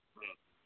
ꯑ